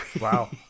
wow